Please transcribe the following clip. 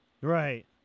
Right